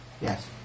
Yes